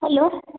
hello